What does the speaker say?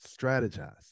strategize